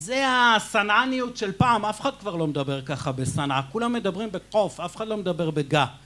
זה הצנעניות של פעם, אף אחד כבר לא מדבר ככה בצנעה, כולם מדברים בקוף, אף אחד לא מדבר בגה